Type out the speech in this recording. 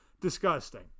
disgusting